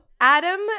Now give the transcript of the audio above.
Adam